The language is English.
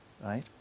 right